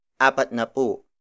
apatnapu